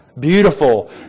beautiful